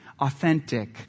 authentic